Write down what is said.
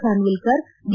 Banvilkar D